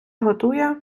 готує